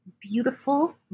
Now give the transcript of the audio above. beautiful